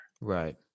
Right